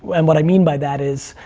and what i mean by that is,